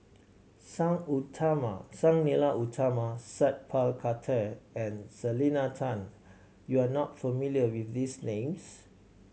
Sang Utama Sang Nila Utama Sat Pal Khattar and Selena Tan you are not familiar with these names